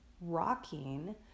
rocking